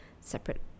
separate